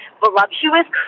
voluptuous